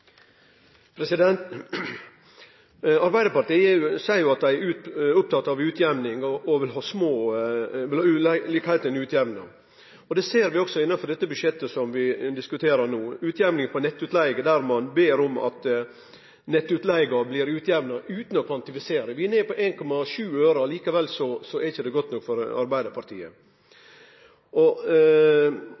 opptatt av utjamning, og at dei vil ha ulikskapar utjamna. Det ser vi også innanfor det budsjettet vi diskuterer no – utjamning når det gjeld nettutleige, der ein ber om at nettutleige blir utjamna utan å kvantifisere. Vi er nede på 1,7 øre, men likevel er det ikkje godt nok for Arbeidarpartiet.